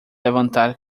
levantar